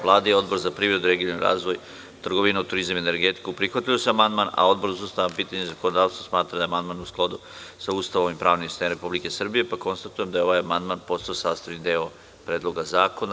Vlada i Odbor za privredu, regionalni razvoj, trgovinu, turizam i energetiku prihvatili su amandman, a Odbor za ustavna pitanja i zakonodavstvo smatra da je amandman u skladu sa Ustavom i pravnim sistemom Republike Srbije, pa konstatujem da je ovaj amandman postao sastavni deo Predloga zakona.